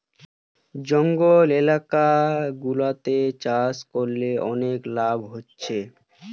জঙ্গল এলাকা গুলাতে চাষ করে অনেক লাভ হতিছে